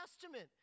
Testament